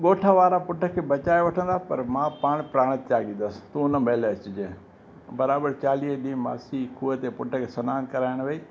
ॻोठु वारा पुटु खे बचाए वठंदा पर मां पाण प्राण त्यागींदसि तु हुन महिल अचिजांइ बराबरि चालीह ॾींहं मासी कुएं ते पुट खे सनानु करायण वई